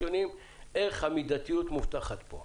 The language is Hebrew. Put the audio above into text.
איך המידתיות מובטחת פה?